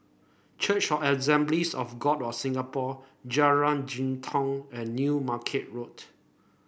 Church of Assemblies of God of Singapore Jalan Jitong and New Market Road